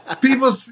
people